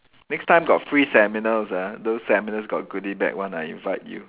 next time got free seminars ah those seminars got goody bag one I invite you